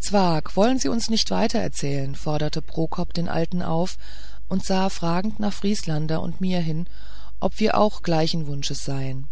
zwakh wollen sie uns nicht weitererzählen forderte prokop den alten auf und sah fragend nach vrieslander und mir hin ob auch wir gleichen wunsches seien